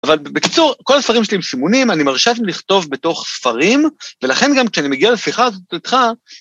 אבל בקיצור, כל ספרים שלי הם סימונים, אני מרשה לי לכתוב בתוך ספרים, ולכן גם כשאני מגיע לשיחה הזו איתך